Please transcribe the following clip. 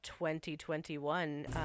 2021